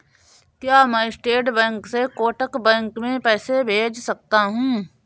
क्या मैं state bank से कोटक बैंक में पैसे भेज सकता हूँ?